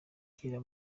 kera